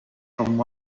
from